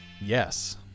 Yes